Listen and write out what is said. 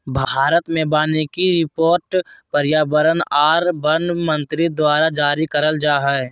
भारत मे वानिकी रिपोर्ट पर्यावरण आर वन मंत्री द्वारा जारी करल जा हय